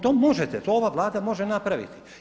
To možete, to ova Vlada može napraviti.